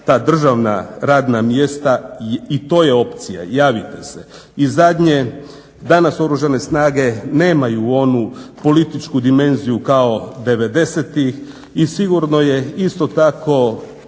ta državna radna mjesta i to je opcija, javite se. I zadnje, danas Oružane snage nemaju onu političku dimenziju kao devedesetih i sigurno je isto tako